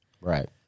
Right